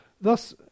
Thus